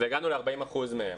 והגענו ל-40% מהם.